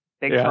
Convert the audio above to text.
Big